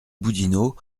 boudinot